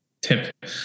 tip